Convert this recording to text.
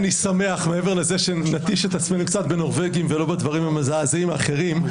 מעבר לזה שנתיש את עצמנו קצת בנורבגים ולא בדברים המזעזעים האחרים,